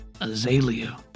Azalea